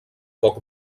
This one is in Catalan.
poc